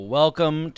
welcome